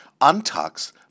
untucks